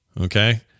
okay